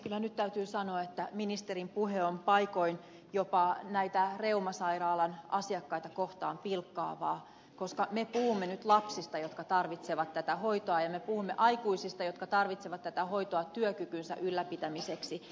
kyllä nyt täytyy sanoa että ministerin puhe on paikoin jopa näitä reumasairaalan asiakkaita kohtaan pilkkaavaa koska me puhumme nyt lapsista jotka tarvitsevat tätä hoitoa ja me puhumme aikuisista jotka tarvitsevat tätä hoitoa työkykynsä ylläpitämiseksi